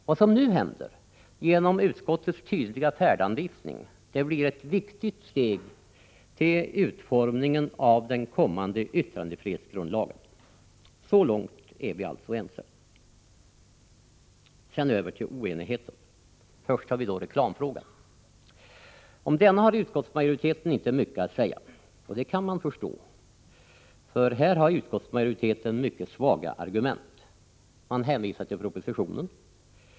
Vad som nu händer genom utskottets tydliga färdanvisning blir ett viktigt steg när det gäller utformningen av den kommande yttrandefrihetsgrundlagen. Så långt är vi alltså ense. Sedan över till oenigheten. Först har vi då reklamfrågan. Om denna har utskottsmajoriteten inte mycket att säga, och det kan man förstå. Här har utskottsmajoriteten mycket svaga argument. Man hänvisar till propositionen.